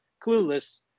clueless